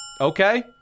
okay